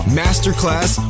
masterclass